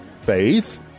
faith